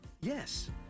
Yes